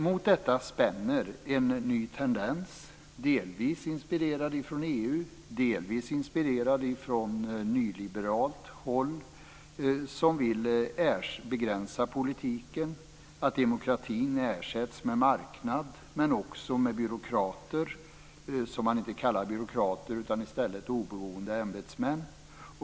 Mot detta spänner en ny tendens, inspirerad delvis från EU, delvis från nyliberalt håll, som vill begränsa politiken, att demokratin ersätts med marknad men också med byråkrater - som inte kallas byråkrater utan i stället oberoende ämbetsmän.